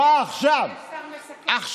אירוע מאוד מאוד משמעותי במדינה כל הזמן, אירוע